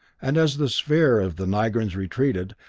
and as the sphere of the nigrans retreated,